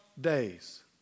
days